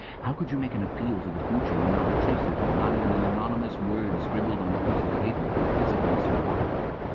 how could you make appeal to the future when not a trace of you, not even an anonymous word scribbled on a piece of paper, could physically survive?